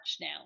now